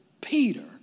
Peter